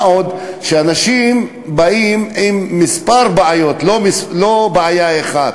מה עוד, שאנשים באים עם כמה בעיות, לא בעיה אחת,